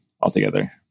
altogether